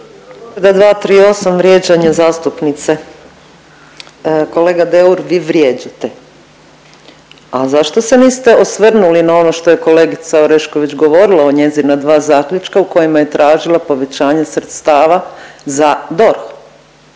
238. vrijeđanje zastupnice. Kolega Deur, vi vrijeđate. A zašto se niste osvrnuli na ono što je kolegica Orešković govorila o njezina dva zaključka u kojima je tražila povećanje sredstava za DORH?